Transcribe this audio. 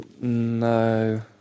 No